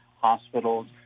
hospitals